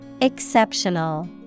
Exceptional